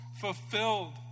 fulfilled